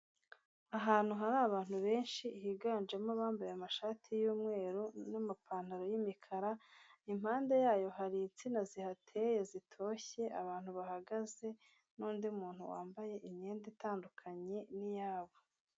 Ahantu hari abantu benshi higanjemo abambaye amashati y'umweru n'amapantaro y'imikara, impande yayo hari insina zihateye zitoshye, abantu bahagaze n'undi muntu wambaye imyenda itandukanye n'iyabo.